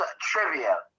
trivia